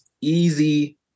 easy